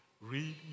read